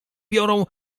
biorą